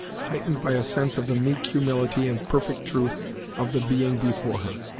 heightened by a sense of the meek humility and perfect truth of the being before her.